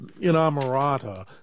inamorata